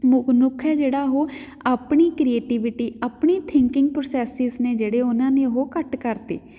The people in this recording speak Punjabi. ਮਨੁੱਖ ਹੈ ਜਿਹੜਾ ਉਹ ਆਪਣੀ ਕ੍ਰਿਟੀਵਿਟੀ ਆਪਣੀ ਥਿੰਕਿੰਗ ਪ੍ਰੋਸੈਸਿਜ਼ ਨੇ ਜਿਹੜੇ ਉਹਨਾਂ ਨੇ ਉਹ ਘੱਟ ਕਰਤੇ